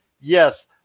yes